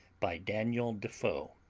by daniel defoe